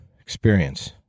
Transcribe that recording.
Experience